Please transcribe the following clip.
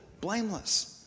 blameless